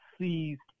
seized